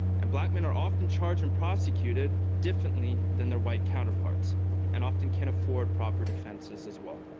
and black men are often charged and prosecuted differently than their white counterparts and often can't afford proper defenses as well